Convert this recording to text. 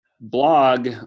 blog